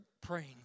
praying